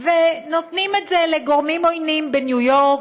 ונותנים את זה לגורמים עוינים בניו-יורק,